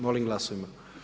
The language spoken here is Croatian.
Molim glasujmo.